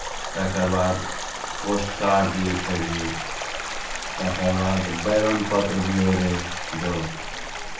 तकरबाद पोस्टकार्ड लिखैत रही तकरबाद बैरन पत्र भी होइ रहै जो